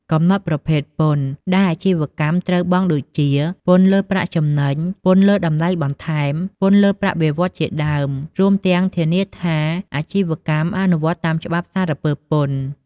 កំណត់ ប្រភេទពន្ធ ដែលអាជីវកម្មត្រូវបង់ ដូចជា ពន្ធលើប្រាក់ចំណេញ ពន្ធលើតម្លៃបន្ថែម ពន្ធលើប្រាក់បៀវត្សរ៍ ជាដើម រួមទាំងធានាថាអាជីវកម្ម អនុវត្តតាមច្បាប់សារពើពន្ធ។